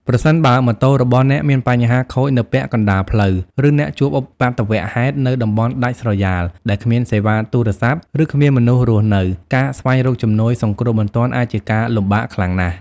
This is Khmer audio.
ប្រសិនបើម៉ូតូរបស់អ្នកមានបញ្ហាខូចនៅពាក់កណ្តាលផ្លូវ ឬអ្នកជួបឧបទ្ទវហេតុនៅតំបន់ដាច់ស្រយាលដែលគ្មានសេវាទូរស័ព្ទ ឬគ្មានមនុស្សរស់នៅ ការស្វែងរកជំនួយសង្គ្រោះបន្ទាន់អាចជាការលំបាកខ្លាំងណាស់។